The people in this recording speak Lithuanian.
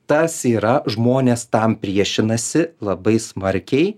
tas yra žmonės tam priešinasi labai smarkiai